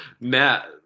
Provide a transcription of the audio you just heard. Matt